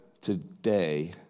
today